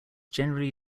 generally